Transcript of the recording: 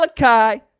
Malachi